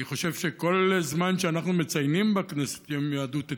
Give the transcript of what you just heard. אני חושב שכל זמן שאנחנו מציינים בכנסת את יום יהדות אתיופיה,